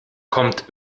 kommt